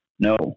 No